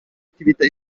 attività